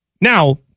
Now